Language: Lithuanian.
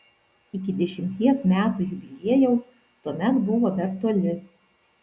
iki dešimties metų jubiliejaus tuomet buvo dar toli